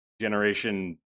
generation